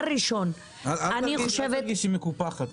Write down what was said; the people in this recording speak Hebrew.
אל תרגישי מקופחת,